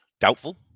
Doubtful